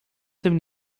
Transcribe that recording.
tym